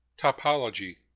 topology